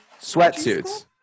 sweatsuits